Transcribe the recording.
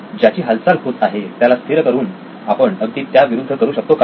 ज्याची हालचाल होत आहे त्याला स्थिर करून आपण अगदी त्याविरुद्ध करू शकतो का